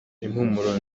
impumuro